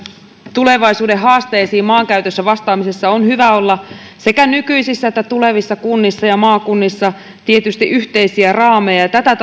tulevaisuuden haasteisiin maankäytössä vastaamisessa on tietysti hyvä olla sekä nykyisissä että tulevissa kunnissa ja maakunnissa yhteisiä raameja ja tätä